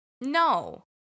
No